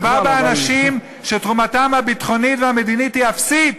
מדובר באנשים שתרומתם הביטחונית והמדינית היא אפסית.